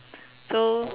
so